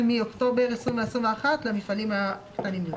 המפעלים הגדולים,